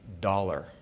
Dollar